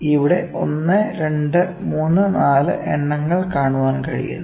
ഇവിടെ 1234 എണ്ണങ്ങൾ കാണാൻ കഴിയുന്നു